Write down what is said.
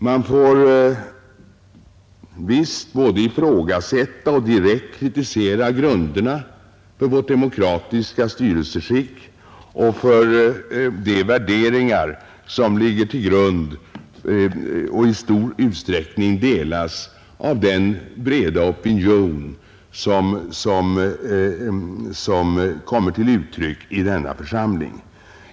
Man får visst både ifrågasätta och direkt kritisera vårt demokratiska styrelseskick och de värderingar som ligger till grund för detta och i stor utsträckning delas av den breda opinionen, också företrädd i denna församling.